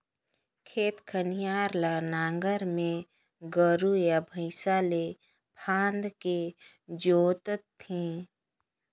खेत खार ल नांगर में गोरू या भइसा ले फांदके जोत थे